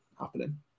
happening